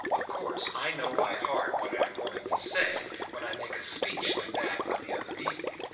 of course i know by heart what i am going to say, when i make a speech like that of the other evening,